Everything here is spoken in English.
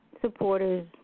supporters